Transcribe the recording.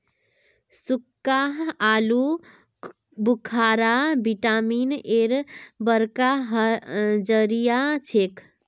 सुक्खा आलू बुखारा विटामिन एर बड़का जरिया छिके